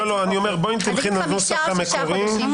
אני אומר שתלכי לנוסח המקורי.